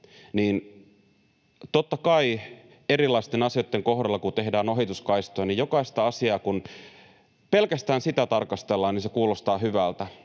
että totta kai erilaisten asioitten kohdalla, kun tehdään ohituskaistoja, jokaista asiaa kun tarkastellaan, pelkästään sitä, niin se kuulostaa hyvältä,